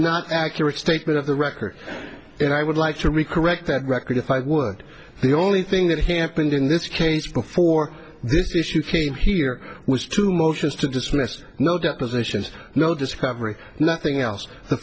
not accurate statement of the record and i would like to recollect that record if i were the only thing that happened in this case before this issue came here was to motions to dismiss no depositions no discovery nothing else the